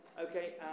Okay